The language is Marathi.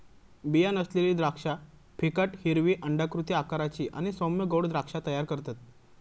बीया नसलेली द्राक्षा फिकट हिरवी अंडाकृती आकाराची आणि सौम्य गोड द्राक्षा तयार करतत